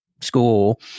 school